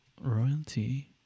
Royalty